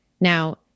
Now